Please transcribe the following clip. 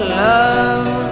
love